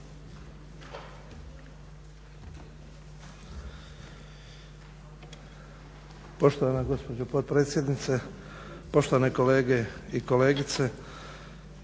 Poštovana gospođo potpredsjednice, poštovane kolege i kolegice.